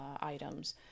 items